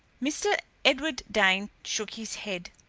mr. edward dane shook his head.